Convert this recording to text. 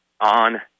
on